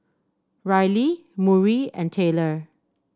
Riley Murry and Taylor